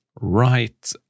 right